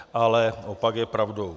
Ale opak je pravdou.